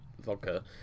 vodka